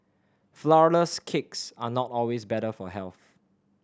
flourless cakes are not always better for health